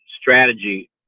strategy